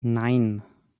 nein